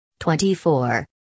24